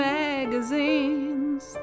magazines